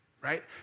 Right